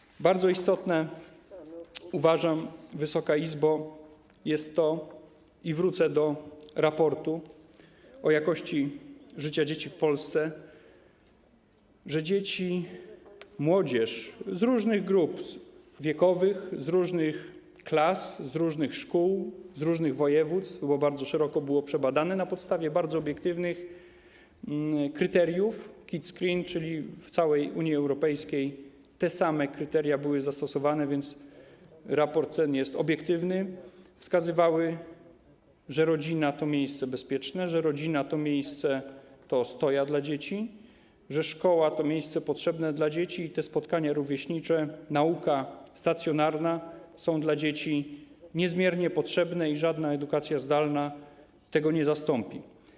Uważam, że bardzo istotne, Wysoka Izbo, jest to - wrócę do raportu o jakości życia dzieci w Polsce - że dzieci i młodzież z różnych grup wiekowych, z różnych klas, z różnych szkół, z różnych województw - było to bardzo szeroko potraktowane, było to przebadane na podstawie bardzo obiektywnych kryteriów Kidscreen, czyli w całej Unii Europejskiej były zastosowane te same kryteria, więc raport ten jest obiektywny - wskazywali, że rodzina to miejsce bezpieczne, że rodzina to ostoja dla dzieci, że szkoła to miejsce potrzebne dla dzieci, że te spotkania rówieśnicze, nauka stacjonarna są dla dzieci niezmiernie potrzebne i żadna edukacja zdalna tego nie zastąpi.